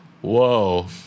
Whoa